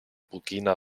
burkina